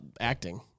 acting